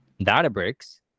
Databricks